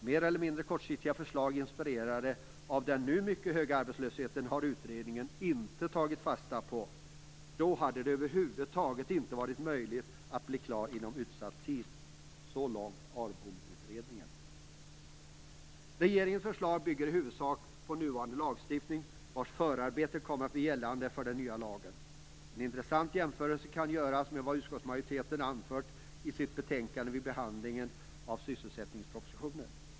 Mer eller mindre kortsiktiga förslag inspirerade av den nu mycket höga arbetslösheten har utredningen inte tagit fasta på. Då hade det över huvud taget inte varit möjligt att bli klar inom den utsatta tiden." Så långt ARBOM Regeringens förslag bygger i huvudsak på nuvarande lagstiftning vars förarbeten kommer att bli gällande för den nya lagen. En intressant jämförelse kan göras med vad utskottsmajoriteten anfört i sitt betänkande vid behandlingen av sysselsättningspropositionen.